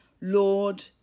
Lord